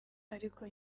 ariko